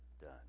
done